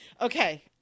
Okay